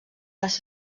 les